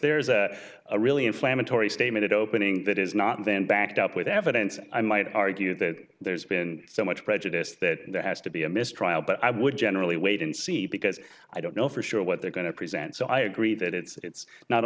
there is a really inflammatory statement opening that is not then backed up with evidence and i might argue that there's been so much prejudice that there has to be a mistrial but i would generally wait and see because i don't know for sure what they're going to present so i agree that it's